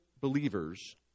believers